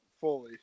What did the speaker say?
fully